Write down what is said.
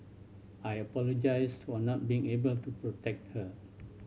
I apologised for not being able to protect her